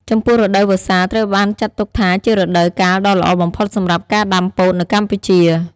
ចំពោះរដូវវស្សាត្រូវបានចាត់ទុកថាជារដូវកាលដ៏ល្អបំផុតសម្រាប់ការដាំពោតនៅកម្ពុជា។